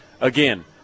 Again